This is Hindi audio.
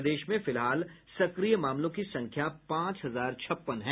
प्रदेश में फिलहाल सक्रिय मामलों की संख्या पांच हजार छप्पन है